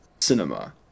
cinema